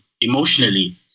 emotionally